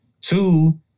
Two